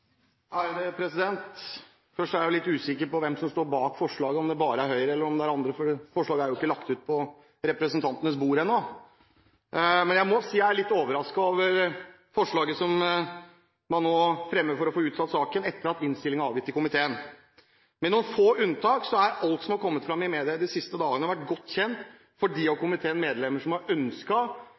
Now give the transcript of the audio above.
litt usikker på hvem som står bak forslaget. Er det bare Høyre, eller er det andre også? Forslaget er jo ikke lagt ut på representantenes bord ennå. Jeg må si at jeg er litt overrasket over forslaget som man nå fremmer for å få utsatt saken, etter at komiteen har avgitt innstillingen. Med noen få unntak har alt som er kommet fram i media de siste dagene, vært godt kjent for de av komiteens medlemmer som har